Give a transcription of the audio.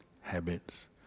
habits